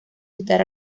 citar